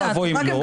אוי ואבוי אם לא.